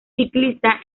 ciclista